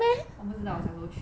我不知道我小时候去的